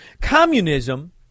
communism